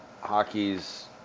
hockey's